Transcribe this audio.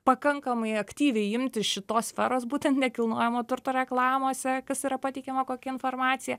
pakankamai aktyviai imtis šitos sferos būtent nekilnojamo turto reklamose kas yra pateikiama kokia informacija